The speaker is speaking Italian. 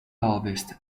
ovest